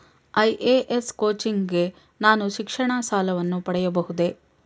IAS coaching ಗೆ ನಾನು ಶಿಕ್ಷಣ ಸಾಲವನ್ನು ಪಡೆಯಬಹುದೇ?